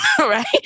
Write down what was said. Right